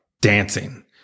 dancing